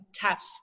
tough